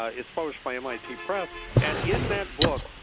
ah it's post by m i t props and in that book